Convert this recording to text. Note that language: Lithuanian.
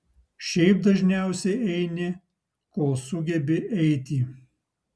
šiaip dažniausiai eini kol sugebi eiti